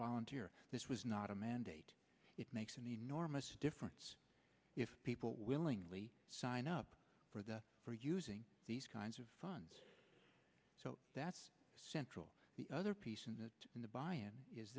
volunteer this was not a mandate it makes an enormous difference if people willingly sign up for the for using these kinds of funds so that's central to the other piece in the in the buy in is